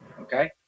Okay